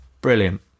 brilliant